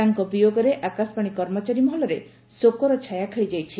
ତାଙ୍କ ବିୟୋଗରେ ଆକାଶବାଣୀ କର୍ମଚାରୀ ମହଲରେ ଶୋକର ଛାୟା ଖେଳିଯାଇଛି